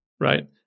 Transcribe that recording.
right